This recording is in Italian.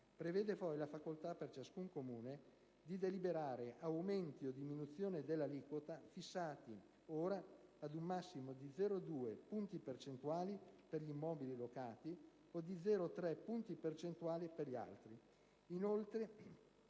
Prevede poi la facoltà, per ciascun Comune, di deliberare aumenti o diminuzioni dell'aliquota, fissati ora ad un massimo di 0,2 punti percentuali (per gli immobili locati) o di 0,3 punti percentuali (per gli altri).